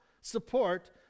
support